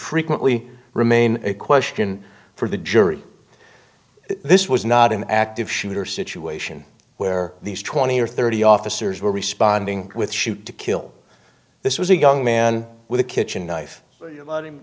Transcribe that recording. frequently remain a question for the jury this was not an active shooter situation where these twenty or thirty officers were responding with shoot to kill this was a young man with a kitchen knife